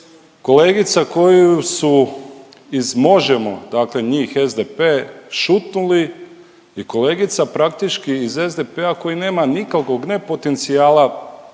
kolegica koju su iz Možemo!, dakle njih SDP šutnuli i kolegica praktički iz SDP-a koji nema nikakvog ne potencijala